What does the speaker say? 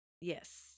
yes